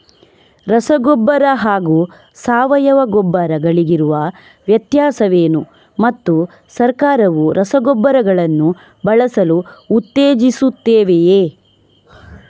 ರಸಗೊಬ್ಬರ ಹಾಗೂ ಸಾವಯವ ಗೊಬ್ಬರ ಗಳಿಗಿರುವ ವ್ಯತ್ಯಾಸವೇನು ಮತ್ತು ಸರ್ಕಾರವು ರಸಗೊಬ್ಬರಗಳನ್ನು ಬಳಸಲು ಉತ್ತೇಜಿಸುತ್ತೆವೆಯೇ?